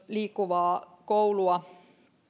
liikkuvaa koulua